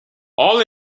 all